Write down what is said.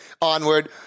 onward